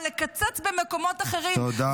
אבל לקצץ במקומות אחרים, תודה רבה.